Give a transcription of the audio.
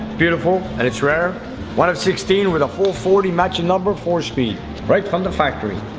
beautiful and it's rare one of sixteen with a full forty matching number for speed right from the factory